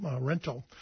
rental